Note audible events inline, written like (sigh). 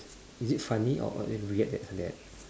(breath) is it funny or or didn't react that to that